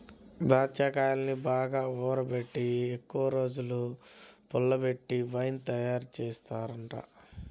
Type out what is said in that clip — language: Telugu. దాచ్చాకాయల్ని బాగా ఊరబెట్టి ఎక్కువరోజులు పుల్లబెట్టి వైన్ తయారుజేత్తారంట